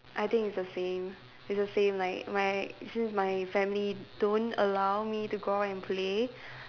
I think it's the same it's the same like my since my family don't allow me to go out and play